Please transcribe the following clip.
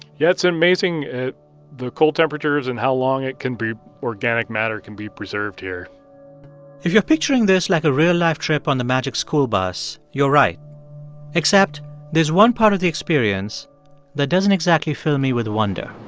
yeah, it's amazing, the cold temperatures and how long it can be organic matter can be preserved here if you're picturing this like a real-life trip on the magic school bus, you're right except there's one part of the experience that doesn't exactly fill me with wonder